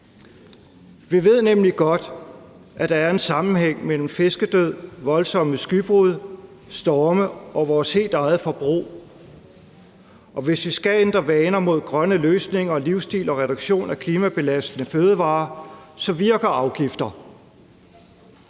Vi ved nemlig godt, at der er en sammenhæng mellem fiskedød, voldsomme skybrud, storme og vores forbrug, og hvis vi skal ændre vaner mod grønne løsninger, en grøn livsstil og reduktion af klimabelastende fødevarer, virker afgifter.